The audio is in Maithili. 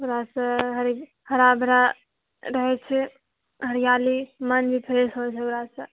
ओकरासँ हरा भरा रहै छै हरिआली मन भी फ्रेश होइत छै ओकरासँ